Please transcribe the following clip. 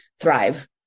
thrive